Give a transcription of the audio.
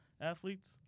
athletes